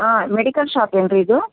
ಹಾಂ medical shop ಏನು ರೀ ಇದು